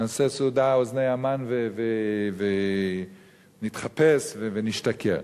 נעשה סעודה, אוזני המן, ונתחפש ונשתכר.